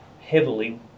heavily